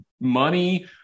money